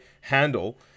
handle